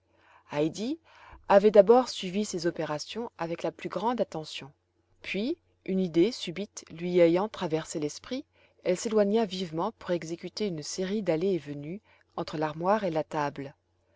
avait d'abord suivi ces opérations avec la plus grande attention puis une idée subite lui ayant traversé l'esprit elle s'éloigna vivement pour exécuter une série d'allées et venues entre l'armoire et la table